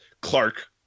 Clark